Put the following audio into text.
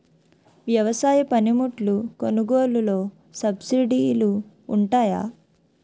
వ్యవసాయ పనిముట్లు కొనుగోలు లొ సబ్సిడీ లు వుంటాయా?